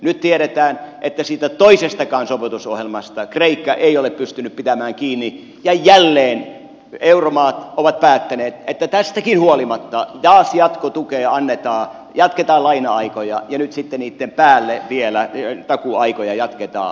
nyt tiedetään että siitä toisestakaan sopeutusohjelmasta kreikka ei ole pystynyt pitämään kiinni ja jälleen euromaat ovat päättäneet että tästäkin huolimatta taas jatkotukea annetaan jatketaan laina aikoja ja nyt sitten niitten päälle vielä takuuaikoja jatketaan